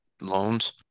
loans